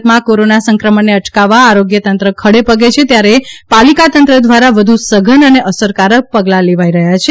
સુરતમાં કોરોના સંક્રમણને અટકાવવા આરોગ્ય તંત્ર ખડે પગે છે ત્યારે પાલિકા તંત્ર દ્વારા વધુ સધન અને અસરકારક પગલાં લેવાઈ રહ્યા છે